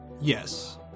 Yes